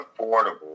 affordable